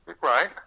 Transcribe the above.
Right